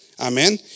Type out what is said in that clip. Amen